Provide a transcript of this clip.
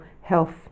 health